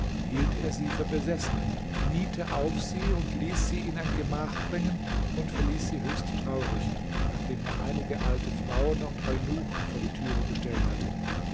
hielt er sie für besessen kniete auf sie und ließ sie in ein gemach bringen und verließ sie höchst traurig nachdem er einige alte frauen und eunuchen vor die türe gestellt hatte